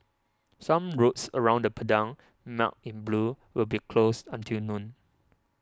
some roads around the Padang marked in blue will be closed until noon